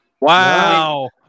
Wow